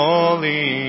Holy